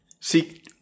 See